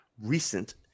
recent